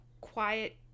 quiet